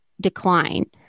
decline